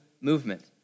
movement